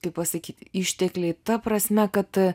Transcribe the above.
kaip pasakyti ištekliai ta prasme kad